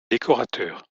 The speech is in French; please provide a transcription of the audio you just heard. décorateur